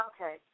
Okay